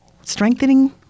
strengthening